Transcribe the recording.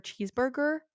cheeseburger